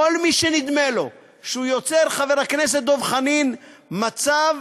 כל מי שנדמה לו שהוא יוצר, חבר הכנסת חנין, מצב